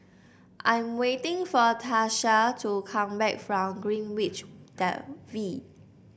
I'm waiting for Tatia to come back from Greenwich V